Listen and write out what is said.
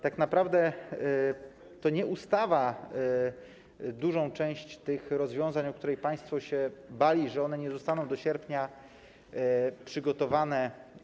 Tak naprawdę to nie ustawa realizuje dużą część tych rozwiązań, o które państwo się bali, że one nie zostaną do sierpnia przygotowane.